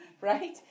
right